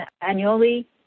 annually